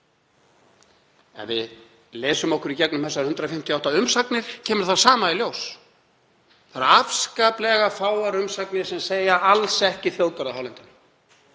Ef við lesum okkur í gegnum þessar 158 umsagnir kemur það sama í ljós. Það eru afskaplega fáar umsagnir sem segja: Alls ekki þjóðgarð á hálendinu.